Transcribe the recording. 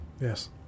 yes